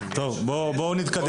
זה כבוד למדינת ישראל והדגל שלנו התנוסס